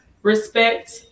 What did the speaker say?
respect